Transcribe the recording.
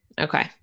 Okay